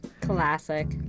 Classic